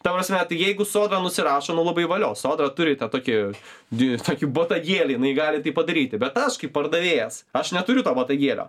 ta prasmetai jeigu sodra nusirašo nu labai valio sodra turi ten tokį du tokiu botagėliu jinai galinti padaryti bet aš kaip pardavėjas aš neturiu to botagėlio